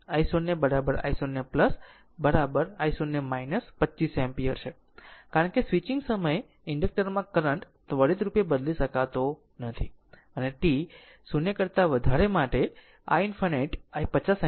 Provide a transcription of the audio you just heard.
તેથી i0 I 25 ampere i0 i0 i0 25 ampere છે કારણ કે સ્વિચિંગ સમયે ઇનડક્ટરમાં કરંટ ત્વરિત રૂપે બદલી શકશે નહીં અને t 0 કરતા વધારે માટે i ∞ I 50 એમ્પીયર થઈશ